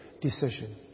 decision